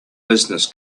business